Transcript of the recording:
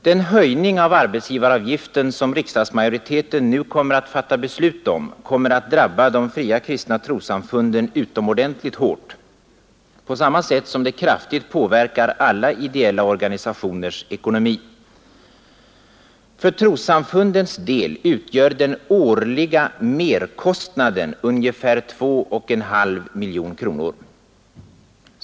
Den höjning av arbetsgivaravgiften som riksdagsmajoriteten nu kommer att fatta beslut om kommer att drabba de fria kristna trossamfunden utomordentligt hårt på samma sätt som det kraftigt påverkar alla ideella organisationers ekonomi. För trossamfundens del utgör den årliga merkostnaden ungefär 2,5 miljoner kronor.